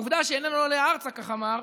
העובדה שאינו עולה ארצה, כך אמר,